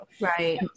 right